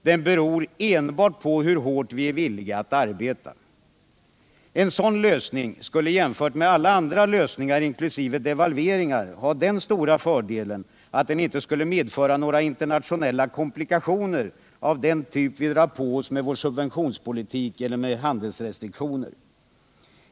Den beror enbart på hur hårt vi är villiga att arbeta. En sådan lösning skulle, jämförd med alla andra lösningar inkl. devalveringar, ha den stora fördelen att den inte skulle medföra några internationella komplikationer av den typ vi drar på oss med vår subventionspolitik eller med handelsrestriktioner.